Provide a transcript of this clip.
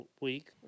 week